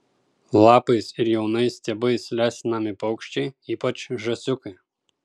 lapais ir jaunais stiebais lesinami paukščiai ypač žąsiukai